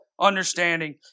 understanding